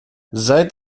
seit